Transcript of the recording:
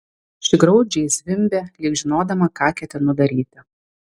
ši graudžiai zvimbė lyg žinodama ką ketinu daryti